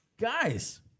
Guys